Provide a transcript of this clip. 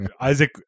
Isaac